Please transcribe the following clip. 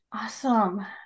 Awesome